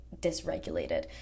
dysregulated